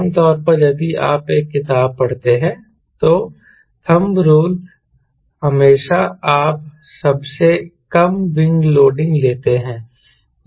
आम तौर पर यदि आप एक किताब पढ़ते हैं तो थम रूल एडवाइस हमेशा आप सबसे कम विंग लोडिंग लेते हैं